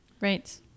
Right